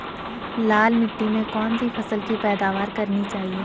लाल मिट्टी में कौन सी फसल की पैदावार करनी चाहिए?